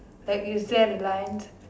like you sell lines